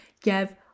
give